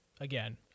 Again